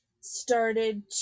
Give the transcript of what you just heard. started